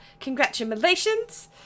congratulations